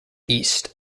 east